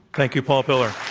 thank you, paul pillar.